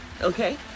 Okay